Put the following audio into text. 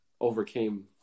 overcame